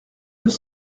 deux